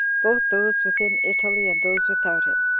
both those within italy and those without it,